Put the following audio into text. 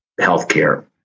healthcare